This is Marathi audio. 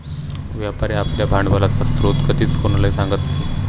व्यापारी आपल्या भांडवलाचा स्रोत कधीच कोणालाही सांगत नाही